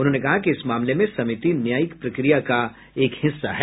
उन्होंने कहा कि इस मामले में समिति न्यायिक प्रक्रिया का एक हिस्सा है